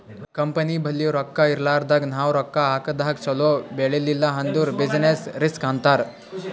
company ಬಲ್ಲಿ ರೊಕ್ಕಾ ಇರ್ಲಾರ್ದಾಗ್ ನಾವ್ ರೊಕ್ಕಾ ಹಾಕದಾಗ್ ಛಲೋ ಬೆಳಿಲಿಲ್ಲ ಅಂದುರ್ ಬೆಸಿಸ್ ರಿಸ್ಕ್ ಅಂತಾರ್